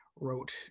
wrote